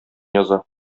яза